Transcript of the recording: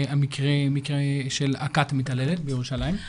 המקרה של הכת המתעללת בירושלים.